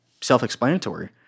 self-explanatory